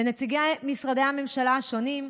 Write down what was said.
לנציגי משרדי הממשלה השונים,